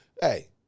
Hey